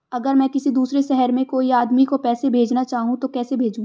अगर मैं किसी दूसरे शहर में कोई आदमी को पैसे भेजना चाहूँ तो कैसे भेजूँ?